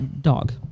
dog